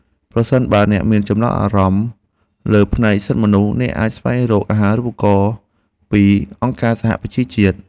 ប្រសិនបើអ្នកមានចំណាប់អារម្មណ៍លើផ្នែកសិទ្ធិមនុស្ស អ្នកអាចស្វែងរកអាហារូបករណ៍ពីអង្គការសហប្រជាជាតិ។